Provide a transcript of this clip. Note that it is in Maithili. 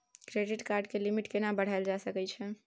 क्रेडिट कार्ड के लिमिट केना बढायल जा सकै छै?